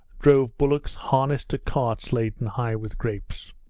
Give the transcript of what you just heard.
drove bullocks harnessed to carts laden high with grapes.